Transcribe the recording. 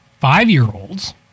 five-year-olds